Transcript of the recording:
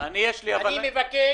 הבנתי.